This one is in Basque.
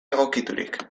egokiturik